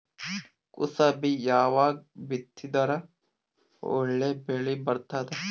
ಕುಸಬಿ ಯಾವಾಗ ಬಿತ್ತಿದರ ಒಳ್ಳೆ ಬೆಲೆ ಬರತದ?